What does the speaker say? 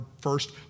first